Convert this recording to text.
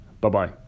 Bye-bye